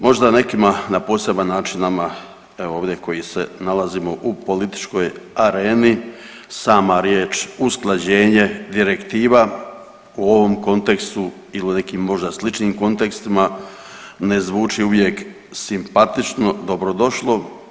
Možda nekima na poseban način, nama evo ovdje koji se nalazimo u političkoj areni sama riječ usklađenje direktiva u ovom kontekstu ili u nekim možda sličnim kontekstima ne zvuči uvijek simpatično, dobrodošlo.